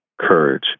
courage